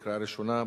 קריאה ראשונה.